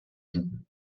doubs